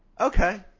Okay